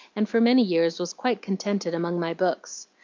and for many years was quite contented among my books.